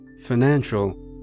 financial